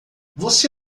você